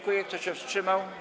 Kto się wstrzymał?